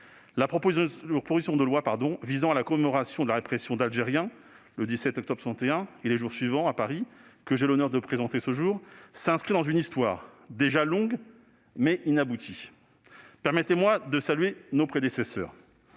La proposition de loi relative à la commémoration de la répression d'Algériens le 17 octobre 1961 et les jours suivants à Paris que j'ai l'honneur de présenter aujourd'hui s'inscrit dans une histoire déjà longue, mais inaboutie. Madame la secrétaire